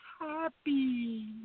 happy